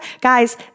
guys